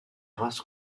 races